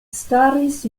staris